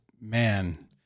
man